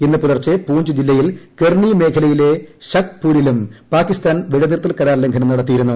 ഇന്ന് പുലർച്ചെ പൂഞ്ച് ജില്ലയിൽ ് കെർണി മേഖലയിലെ ഷഹ്പൂരിലും പാകിസ്ഥാൻ വെടിനിർത്തൽ കരാർ ലംഘനം നടത്തിയിരുന്നു